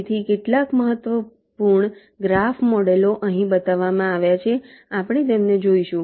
તેથી કેટલાક મહત્વપૂર્ણ ગ્રાફ મોડેલો અહીં બતાવવામાં આવ્યા છે આપણે તેમને જોઈશું